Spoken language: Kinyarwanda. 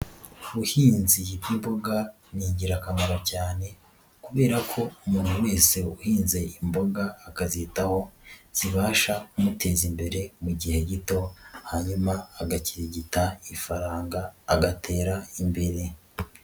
Ubuhinzi bw'imboga ni ingirakamaro cyane kubera ko umuntu wese uhinze imboga akazitaho zibasha kumuteza imbere mu gihe gito hanyuma agakirigita ifaranga agatera imbere.